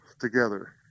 together